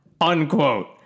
Unquote